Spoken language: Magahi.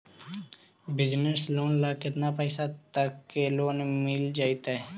बिजनेस लोन ल केतना पैसा तक के लोन मिल जितै?